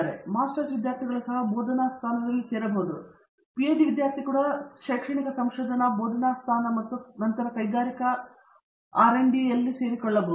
ಆದ್ದರಿಂದ ಮಾಸ್ಟರ್ ವಿದ್ಯಾರ್ಥಿಗಳು ಸಹ ಬೋಧನಾ ಸ್ಥಾನದಲ್ಲಿ ಸೇರಬಹುದು ಮತ್ತು ಪಿಎಚ್ಡಿ ವಿದ್ಯಾರ್ಥಿ ಕೂಡ ಶೈಕ್ಷಣಿಕ ಸಂಶೋಧನಾ ಬೋಧನಾ ಸ್ಥಾನ ಮತ್ತು ನಂತರ ಕೈಗಾರಿಕಾ ಆರ್ ಮತ್ತು ಡಿ ಸೇರಿಕೊಳ್ಳಬಹುದು